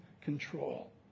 control